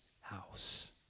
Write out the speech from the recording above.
house